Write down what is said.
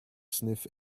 sniff